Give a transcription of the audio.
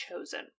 chosen